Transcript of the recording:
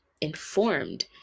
informed